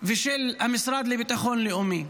ושל המשרד לביטחון לאומי.